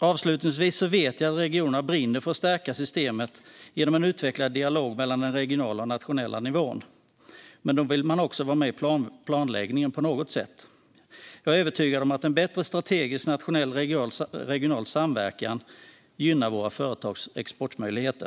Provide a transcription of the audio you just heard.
Avslutningsvis vill jag säga att jag vet att regionerna brinner för att stärka systemet genom en utvecklad dialog mellan den regionala och den nationella nivån. Men då vill man också vara med i planläggningen på något sätt. Jag är övertygad om att en bättre strategisk nationell-regional samverkan gynnar våra företags exportmöjligheter.